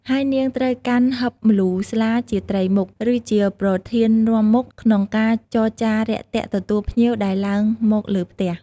ហើយនាងត្រូវកាន់ហឹបម្លូស្លា ជាត្រីមុខ ឬជាប្រធាននាំមុខក្នុងការចរចារាក់ទាក់ទទួលភ្ញៀវដែលឡើងមកលើផ្ទះ ។